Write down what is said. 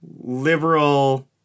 liberal